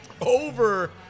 over